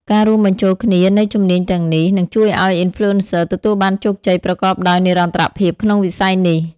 ការរួមបញ្ចូលគ្នានៃជំនាញទាំងនេះ នឹងជួយឱ្យ Influencer ទទួលបានជោគជ័យប្រកបដោយនិរន្តរភាពក្នុងវិស័យនេះ។